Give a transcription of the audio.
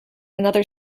another